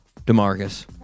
Demarcus